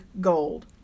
gold